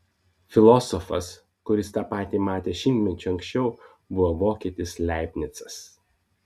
filosofas kuris tą patį matė šimtmečiu anksčiau buvo vokietis leibnicas